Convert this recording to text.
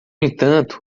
entanto